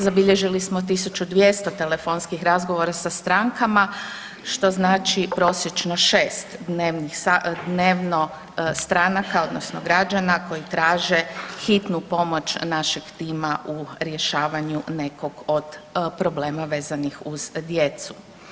Zabilježili smo 1200 telefonskih razgovora sa strankama, što znači prosječno 6 dnevno stranaka, odnosno građana koji traže hitnu pomoć našeg tima u rješavanju nekog od problema vezanih uz djecu.